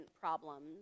problems